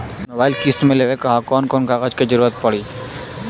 Mobile किस्त मे लेवे के ह कवन कवन कागज क जरुरत पड़ी?